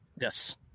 yes